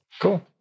Cool